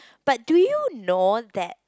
but do you know that